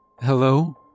Hello